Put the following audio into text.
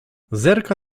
zerka